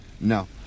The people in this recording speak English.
No